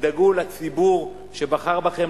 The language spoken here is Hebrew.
תדאגו לציבור שבחר בכם,